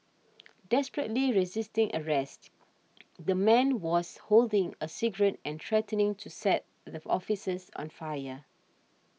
desperately resisting arrest the man was holding a cigarette and threatening to set the officers on fire